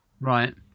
Right